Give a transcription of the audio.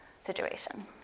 situation